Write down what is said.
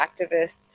activists